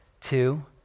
two